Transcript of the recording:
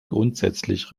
grundsätzlich